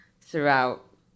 throughout